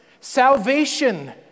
salvation